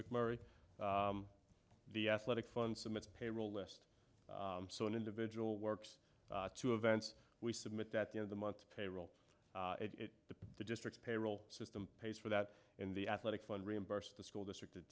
mcmurray the athletic fund some it's payroll list so an individual works two events we submit that you know the months payroll it the the district payroll system pays for that and the athletic fund reimburse the school district at